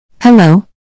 Hello